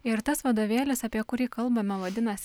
ir tas vadovėlis apie kurį kalbame vadinasi